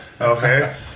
Okay